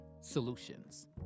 solutions